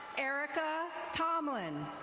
erica tomlin.